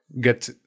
get